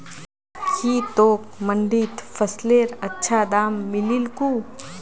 की तोक मंडीत फसलेर अच्छा दाम मिलील कु